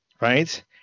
right